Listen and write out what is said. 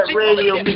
radio